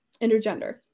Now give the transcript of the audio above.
intergender